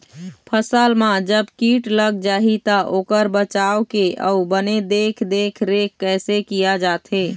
फसल मा जब कीट लग जाही ता ओकर बचाव के अउ बने देख देख रेख कैसे किया जाथे?